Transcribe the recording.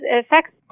affects